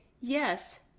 Yes